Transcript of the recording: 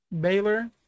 Baylor